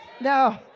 No